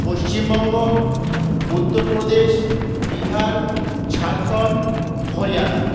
Paschimbanga Uttar Pradesh Bihar Jharkhand Haryana